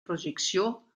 projecció